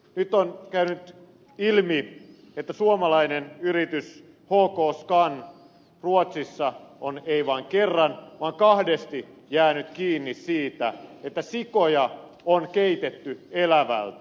nyt on käynyt ilmi että suomalainen yritys hkscan ruotsissa on ei vain kerran vaan kahdesti jäänyt kiinni siitä että sikoja on keitetty elävältä